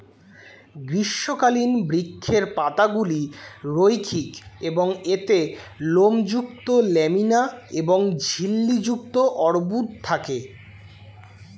গ্রীষ্মকালীন বৃক্ষের পাতাগুলি রৈখিক এবং এতে লোমযুক্ত ল্যামিনা এবং ঝিল্লি যুক্ত অর্বুদ থাকে